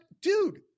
Dude